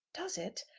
does it?